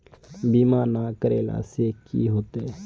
बीमा ना करेला से की होते?